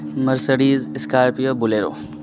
Mercedes scorpio bolero